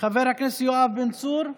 חבר הכנסת יואב בן צור.